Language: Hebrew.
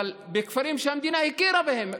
אבל בכפרים שהמדינה הכירה בהם,